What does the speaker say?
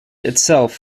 itself